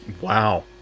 Wow